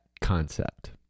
concept